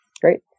Great